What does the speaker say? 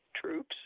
troops